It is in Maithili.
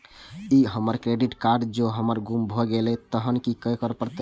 ई हमर क्रेडिट कार्ड जौं हमर गुम भ गेल तहन की करे परतै?